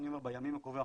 בימים הקרובים,